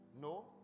No